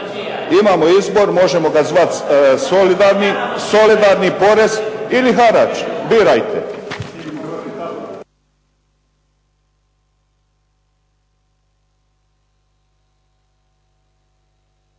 imamo izbor, možemo ga zvati solidarni porez ili harač, birajte.